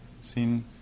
seen